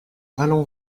allons